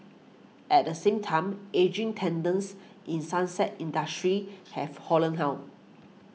at the same time ageing tenants in sunset industries have hollowed out